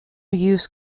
use